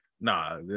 nah